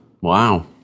Wow